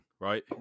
right